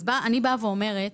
אז אני באה ואומרת